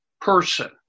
person